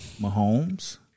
Mahomes